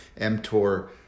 mTOR